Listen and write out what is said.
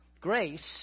Grace